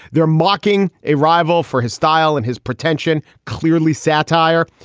they're mocking a rival for his style and his pretension. clearly satire.